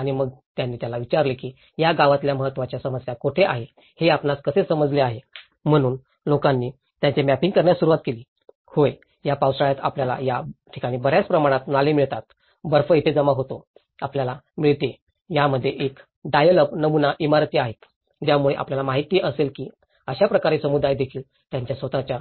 आणि मग त्यांनी त्याला विचारले की या गावातल्या महत्त्वाच्या समस्या कोठे आहेत हे आपणास कसे समजले आहे म्हणून लोकांनी त्याचे मॅपिंग करण्यास सुरवात केली होय या पावसाळ्यात आपल्याला या ठिकाणी बऱ्याच प्रमाणात नाले मिळतात बर्फ इथे जमा होतो आपल्याला मिळते यामध्ये एक डायल अप नमुना इमारती आहेत ज्यामुळे आपल्याला माहित असेल की अशा प्रकारे समुदाय देखील त्यांच्या स्वत च्या